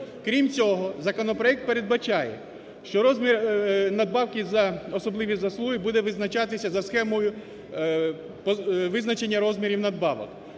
Крім цього, законопроект передбачає, що розмір надбавки за особливі заслуги буде визначатися за схемою визначення розмірів надбавок.